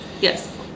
yes